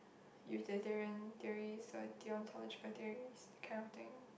utilitarian theories or deontological theories that kind of thing